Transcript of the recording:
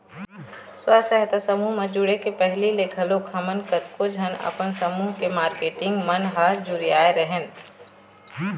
स्व सहायता समूह म जुड़े के पहिली ले घलोक हमन कतको झन अपन समूह के मारकेटिंग मन ह जुरियाय रेहेंन